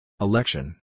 Election